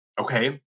okay